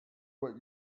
what